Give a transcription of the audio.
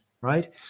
right